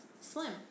slim